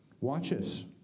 watches